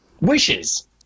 wishes